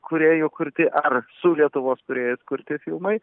kūrėjų kurti ar su lietuvos kūrėjais kurti filmai